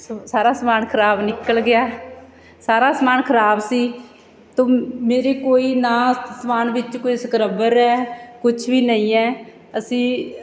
ਸ ਸਾਰਾ ਸਮਾਨ ਖ਼ਰਾਬ ਨਿਕਲ ਗਿਆ ਸਾਰਾ ਸਮਾਨ ਖ਼ਰਾਬ ਸੀ ਤੋ ਮੇਰੇ ਕੋਈ ਨਾ ਸਮਾਨ ਵਿੱਚ ਕੋਈ ਸਕਰਬਰ ਹੈ ਕੁਛ ਵੀ ਨਹੀਂ ਹੈ ਅਸੀਂ